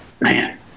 man